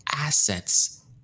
assets